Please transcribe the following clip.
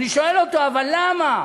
אני שואל אותו: אבל למה?